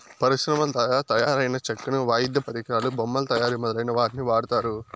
పరిశ్రమల ద్వారా తయారైన చెక్కను వాయిద్య పరికరాలు, బొమ్మల తయారీ మొదలైన వాటికి వాడతారు